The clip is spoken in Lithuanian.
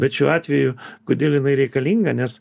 bet šiuo atveju kodėl jinai reikalinga nes